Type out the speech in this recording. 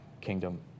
kingdom